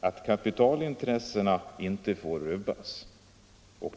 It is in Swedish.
att kapitalintressena inte får rubbas.